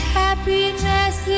happiness